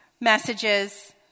messages